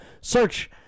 Search